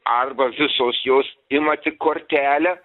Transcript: arba visos jos ima tik kortelę